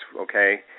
okay